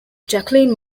jacqueline